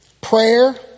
Prayer